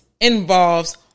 involves